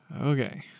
Okay